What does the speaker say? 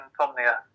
insomnia